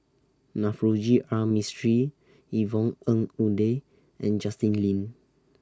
Navroji R Mistri Yvonne Ng Uhde and Justin Lean